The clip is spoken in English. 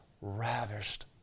ravished